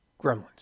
gremlins